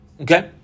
Okay